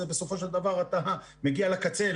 אז בסופו של דבר אתה מגיע לקצה,